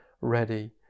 ready